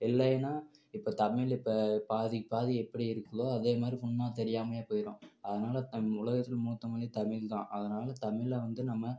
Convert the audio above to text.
இல்லைனா இப்போ தமிழ் இப்போ பாதிக்கு பாதி எப்படி இருக்குதோ அதேமாதிரி உண்மை தெரியாமலேயே போய்டும் அதனால் தம் உலகத்தில் மூத்த மொழி தமிழ்தான் அதனால் தமிழை வந்து நம்ம